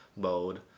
mode